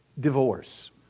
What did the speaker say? divorce